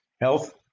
health